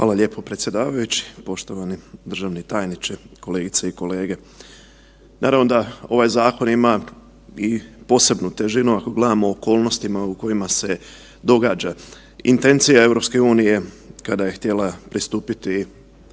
Hvala lijepo predsjedavajući, poštovani državni tajniče, kolegice i kolege. Naravno da ovaj zakon ima i posebnu težinu ako gledamo okolnosti u kojima se događa. Intencija EU-e kada je htjela pristupiti